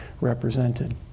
represented